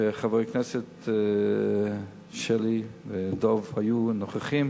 כשחברי הכנסת שלי יחימוביץ ודב חנין היו נוכחים